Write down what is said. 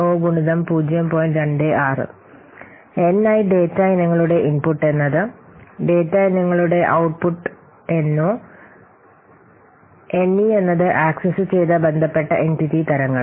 26 N i data ഇനങ്ങളുടെ input എന്നത് data ഇനങ്ങളുടെ ഔട്ട്പുട്ടും N o N e എന്നത് ആക്സസ്സുചെയ്ത ബന്ധപ്പെട്ട എന്റിറ്റി തരങ്ങൾ